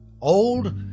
old